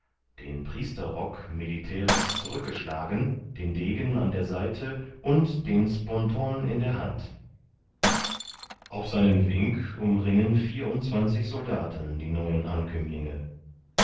den priesterrock militärisch zurückzuschlagen den degen an der seite und den sponton in der hand auf seinen wink umringen vierundzwanzig soldaten die neuen ankömmlinge